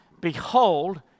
behold